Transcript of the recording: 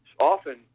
often